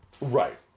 Right